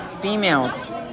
females